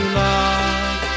love